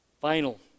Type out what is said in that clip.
Final